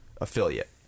Affiliate